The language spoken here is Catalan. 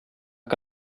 que